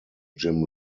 jim